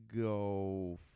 Go